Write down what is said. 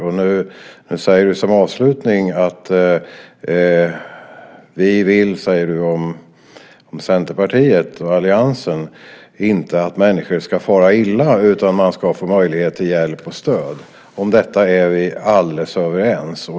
Som avslutning säger du att vi, det vill säga Centerpartiet och alliansen, inte vill att människor ska fara illa utan att man ska få möjlighet till hjälp och stöd. Om det är vi alldeles överens.